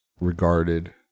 regarded